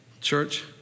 Church